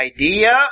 idea